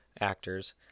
actors